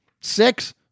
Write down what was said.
six